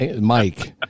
Mike